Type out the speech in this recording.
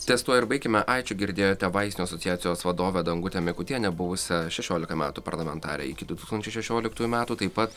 ties tuo ir baikime ačiū girdėjote vaistinių asociacijos vadovę dangutę mikutienę buvusią šešiolika metų parlamentare iki du tūkstančiai šešioliktųjų metų taip pat